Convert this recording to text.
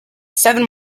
seven